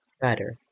better